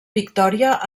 victòria